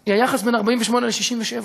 זה היחס בין 48' ל-67'.